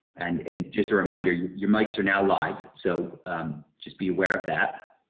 and and just a reminder, you you mics are now live, so just be aware of that.